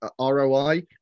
ROI